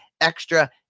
extra